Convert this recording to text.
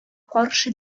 каршы